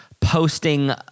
posting